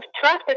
trust